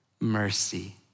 mercy